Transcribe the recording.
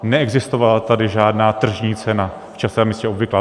Neexistovala tady žádná tržní cena v čase a místě obvyklá.